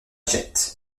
jet